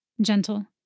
gentle